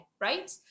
Right